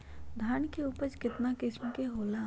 धान के उपज केतना किस्म के होला?